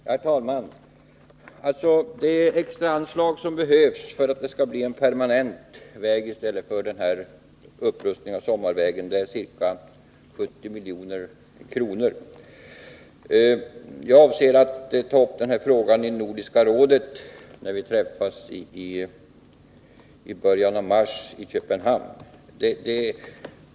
Herr talman! Det extraanslag som behövs för byggandet av en permanent väg i stället för den här upprustningen av sommarvägen är ca 70 milj.kr. Jag avser att ta upp denna fråga i Nordiska rådet, när vi träffas i början av mars i Köpenhamn.